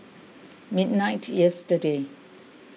midnight yesterday